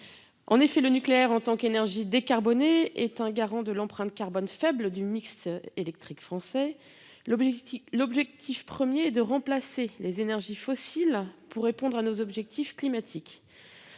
En effet, le nucléaire en tant qu'énergie décarbonée est un garant de l'empreinte carbone faible du mix électrique français. L'objectif premier est de remplacer les énergies fossiles pour répondre à nos objectifs climatiques.